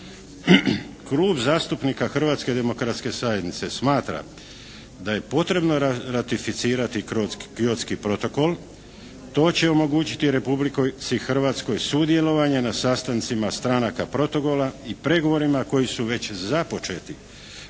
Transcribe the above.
Klub zastupnik Hrvatske demokratske zajednice smatra da je potrebno ratificirati Kyotski protokol. To će omogućiti Republici Hrvatskoj sudjelovanje na sastancima stranaka protokola i pregovorima koji su već započeti